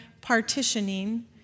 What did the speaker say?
partitioning